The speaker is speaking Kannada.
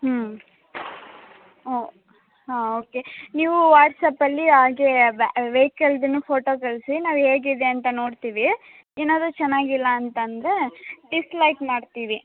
ಹ್ಞೂ ಹ್ಞೂ ಹಾಂ ಓಕೆ ನೀವು ವಾಟ್ಸ್ಆ್ಯಪಲ್ಲಿ ಹಾಗೇ ವೆಯ್ಕಲ್ದೂನು ಫೋಟೋ ಕಳಿಸಿ ನಾವು ಹೇಗಿದೆ ಅಂತ ನೋಡ್ತೀವಿ ಏನಾದರೂ ಚೆನ್ನಾಗಿಲ್ಲ ಅಂತಂದರೆ ಡಿಸ್ಲೈಕ್ ಮಾಡ್ತೀವಿ